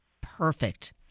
Perfect